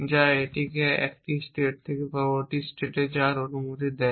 যা এটিকে এক স্টেট থেকে পরবর্তী স্টেটে যাওয়ার অনুমতি দেয়